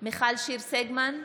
מיכל שיר סגמן,